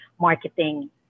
marketing